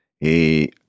Et